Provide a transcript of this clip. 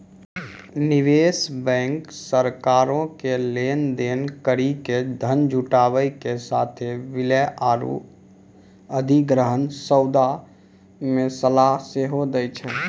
निवेश बैंक सरकारो के लेन देन करि के धन जुटाबै के साथे विलय आरु अधिग्रहण सौदा मे सलाह सेहो दै छै